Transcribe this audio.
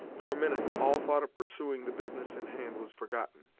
for a minute, all thought of pursuing the business in hand was forgotten.